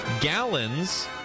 gallons